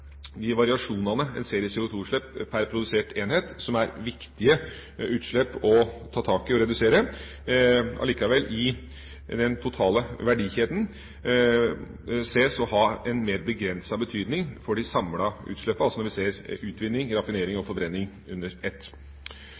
de variasjonene en ser i CO2-utslipp per produsert enhet, som er viktige utslipp å ta tak i og redusere, likevel ser ut til å ha en mer begrenset betydning for de samlede utslippene, altså når en ser utvinning, raffinering og forbrenning under ett.